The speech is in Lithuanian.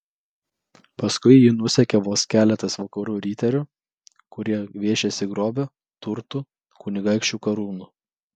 paskui jį nusekė vos keletas vakarų riterių kurie gviešėsi grobio turtų kunigaikščių karūnų